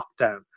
lockdown